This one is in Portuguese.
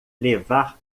levar